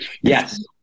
Yes